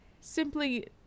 simply